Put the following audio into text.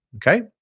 okay.